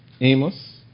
Amos